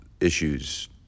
issues